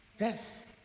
Yes